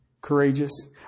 courageous